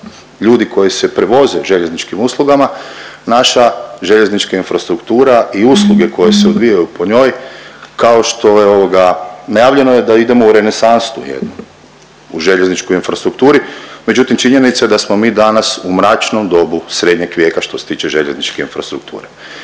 ljudi koji se prevoze željezničkim uslugama naša željeznička infrastruktura i usluge koje se odvijaju po njoj kao što je ovoga najavljeno je da idemo u renesansu jednu u željezničkoj infrastrukturi. Međutim, činjenica je da smo mi danas u mračnom dobu srednjeg vijeka što se tiče željezničke infrastrukture.